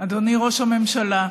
אדוני ראש הממשלה,